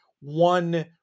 one